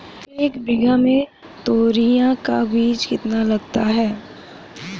एक बीघा में तोरियां का कितना बीज लगता है?